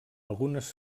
algunes